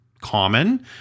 common